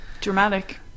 Dramatic